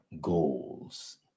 goals